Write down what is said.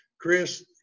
chris